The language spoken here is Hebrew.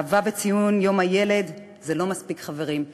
אהבה וציון יום הילד לא מספיקים, חברים,